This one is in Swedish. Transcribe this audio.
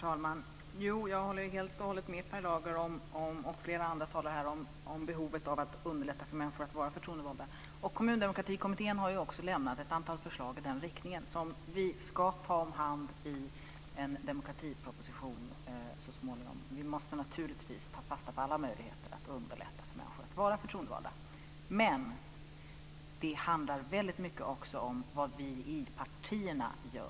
Herr talman! Jag håller helt och hållet med Per Lager, och fler andra talare, om behovet av att underlätta för människor att vara förtroendevalda. Kommundemokratikomittén har ju också lämnat ett antal förslag i den riktningen som vi så småningom ska ta hand om i en demokratiproposition. Vi måste naturligtvis ta fasta på alla möjligheter att underlätta för människor att vara förtroendevalda. Men det handlar också mycket om vad vi i partierna gör.